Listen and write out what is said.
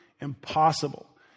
impossible